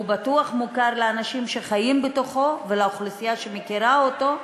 והוא בטוח מוכר לאנשים שחיים בתוכו ולאוכלוסייה שמכירה אותו,